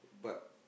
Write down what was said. but